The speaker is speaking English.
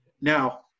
Now